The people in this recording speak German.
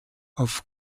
auf